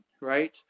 right